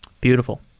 beautiful.